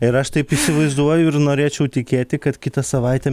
ir aš taip įsivaizduoju ir norėčiau tikėti kad kitą savaitę